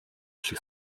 шиг